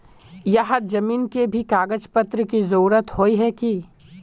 यहात जमीन के भी कागज पत्र की जरूरत होय है की?